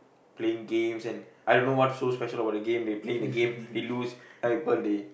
playing games and I don't know what's so special about the game they playing the game they lose other people they